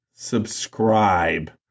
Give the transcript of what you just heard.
subscribe